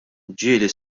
ġieli